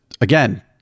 again